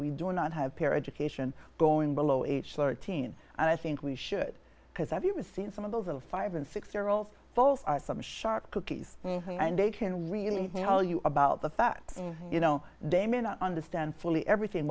we do not have peer education going below age thirteen and i think we should because i've even seen some of those little five and six year olds folse are some a shark cookies and they can really tell you about the fact you know they may not understand fully everything